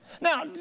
Now